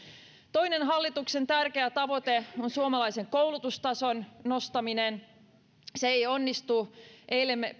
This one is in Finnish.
toinen hallituksen tärkeä tavoite on suomalaisen koulutustason nostaminen se ei onnistu ellemme